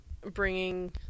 bringing